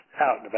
out